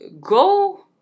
go